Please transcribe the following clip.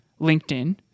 linkedin